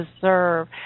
deserve